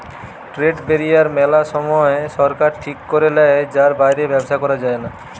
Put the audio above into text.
trade barrier মেলা সময় সরকার ঠিক করে লেয় যার বাইরে ব্যবসা করা যায়না